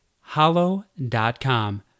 hollow.com